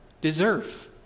deserve